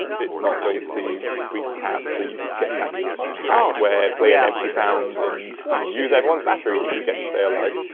it's not going to freeze a tab. so you'd get that hackware, play an empty sound. and you use everyone's battery, but you get to stay alive.